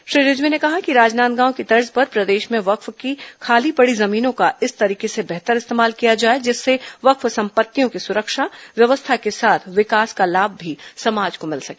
श्री रिजवी ने कहा कि राजनांदगांव की तर्ज पर प्रदेश में वक्फ की खाली पड़ी जमीनों का इस तरीके से बेहतर इस्तेमाल किया जाए जिससे वक्फ संपत्तियों की सुरक्षा व्यवस्था के साथ विकास का लाभ भी समाज को मिल सके